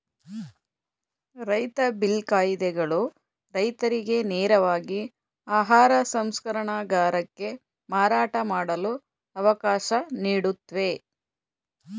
ರೈತ ಬಿಲ್ ಕಾಯಿದೆಗಳು ರೈತರಿಗೆ ನೇರವಾಗಿ ಆಹಾರ ಸಂಸ್ಕರಣಗಾರಕ್ಕೆ ಮಾರಾಟ ಮಾಡಲು ಅವಕಾಶ ನೀಡುತ್ವೆ